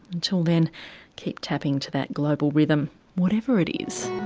until then keep tapping to that global rhythm whatever it is